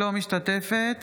אינה משתתפת